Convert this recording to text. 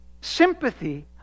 sympathy